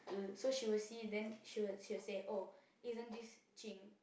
so she will see then she will she will say oh isn't this Jing